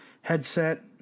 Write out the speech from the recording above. headset